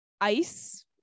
ice